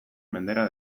mendera